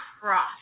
cross